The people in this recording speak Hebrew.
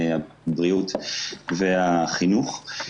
הבריאות והחינוך.